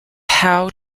how